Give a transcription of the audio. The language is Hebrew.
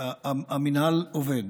שמאל,